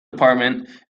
department